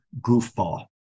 goofball